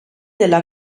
della